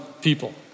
people